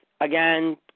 Again